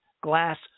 glass